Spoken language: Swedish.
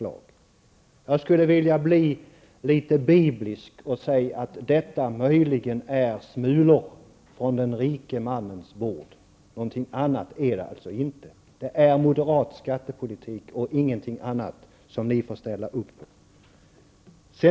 Jag skulle vilja vara litet biblisk och säga att detta möjligen är smulor från den rike mannens bord. Det är moderat skattepolitik och ingenting annat som ni får ställa upp på.